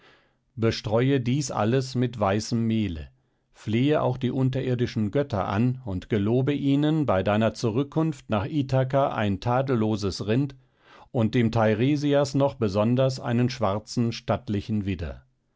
bestreue dies alles mit weißem mehle flehe auch die unterirdischen götter an und gelobe ihnen bei deiner zurückkunft nach ithaka ein tadelloses rind und dem teiresias noch besonders einen schwarzen stattlichen widder